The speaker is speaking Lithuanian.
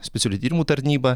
specialių tyrimų tarnyba